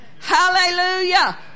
Hallelujah